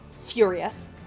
furious